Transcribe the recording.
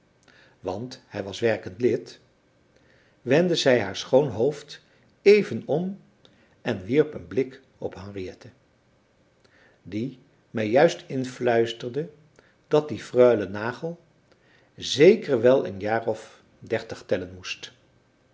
want hij was werkend lid wendde zij haar schoon hoofd even om en wierp een blik op henriette die mij juist influisterde dat die freule nagel zeker wel een jaar of dertig tellen moest